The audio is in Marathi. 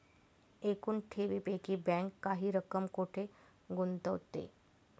एकूण ठेवींपैकी बँक काही रक्कम कुठे गुंतविते?